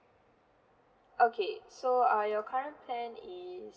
okay so uh your current plan is